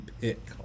pick